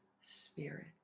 spirit